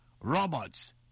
robots